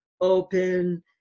open